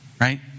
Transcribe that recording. Right